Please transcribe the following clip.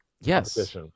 Yes